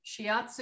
Shiatsu